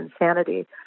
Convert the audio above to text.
insanity